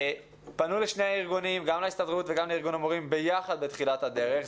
פנו לשני הארגונים גם להסתדרות וגם לארגון המורים ביחד בתחילת הדרך.